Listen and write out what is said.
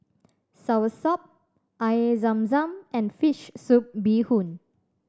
soursop Air Zam Zam and fish soup bee hoon